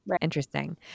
interesting